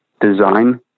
design